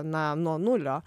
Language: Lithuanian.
na nuo nulio